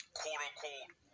quote-unquote